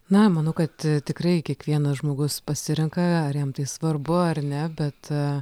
na manau kad tikrai kiekvienas žmogus pasirenka ar jam tai svarbu ar ne bet